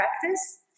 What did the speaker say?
practice